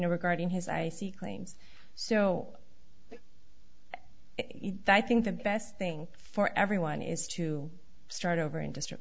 know regarding his i c claims so i think the best thing for everyone is to start over in distr